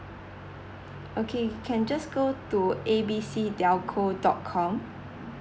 okay can just go to A B C telco dot com